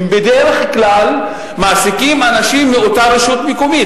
הם בדרך כלל מעסיקים אנשים מאותה רשות מקומית,